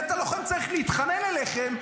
בית הלוחם צריך להתחנן אליכם,